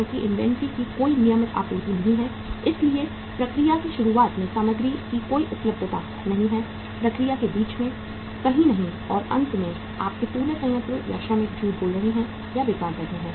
क्योंकि इन्वेंट्री की कोई नियमित आपूर्ति नहीं है इसलिए प्रक्रिया की शुरुआत में सामग्री की कोई उपलब्धता नहीं है प्रक्रिया के बीच में कहीं नहीं और अंत में आपके पूरे संयंत्र और श्रमिक झूठ बोल रहे हैं या बेकार बैठे हैं